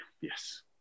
yes